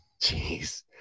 Jeez